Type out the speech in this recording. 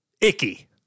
icky